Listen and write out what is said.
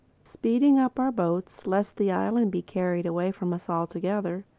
speeding up our boat lest the island be carried away from us altogether,